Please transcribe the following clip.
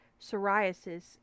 psoriasis